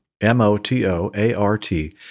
M-O-T-O-A-R-T